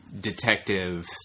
detective